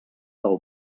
del